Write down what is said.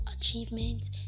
achievements